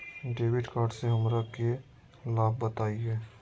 Debit card से हमरा के लाभ बताइए?